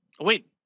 Wait